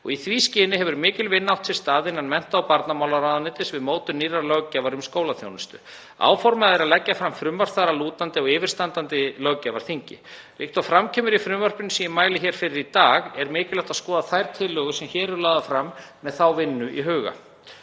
og í því skyni hefur mikil vinna átt sér stað innan mennta- og barnamálaráðuneytisins við mótun nýrrar löggjafar um skólaþjónustu. Áformað er að leggja fram frumvarp þar að lútandi á yfirstandandi löggjafarþingi. Líkt og fram kemur í frumvarpinu sem ég mæli hér fyrir í dag er mikilvægt að skoða þær tillögur sem hér eru lagðar fram með þá vinnu í huga.